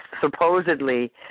supposedly